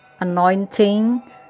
anointing